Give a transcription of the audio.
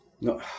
No